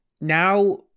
now